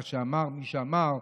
כפי שאמר מי שאמר,